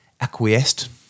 acquiesced